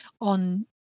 on